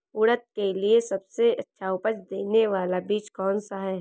उड़द के लिए सबसे अच्छा उपज देने वाला बीज कौनसा है?